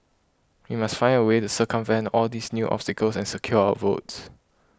we must find a way to circumvent all these new obstacles and secure our votes